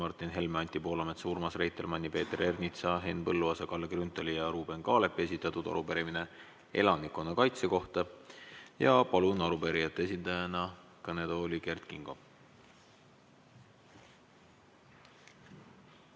Martin Helme, Anti Poolametsa, Urmas Reitelmanni, Peeter Ernitsa, Henn Põlluaasa, Kalle Grünthali ja Ruuben Kaalepi esitatud arupärimine elanikkonnakaitse kohta. Palun arupärijate esindajana kõnetooli Kert Kingo.